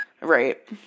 Right